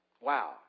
Wow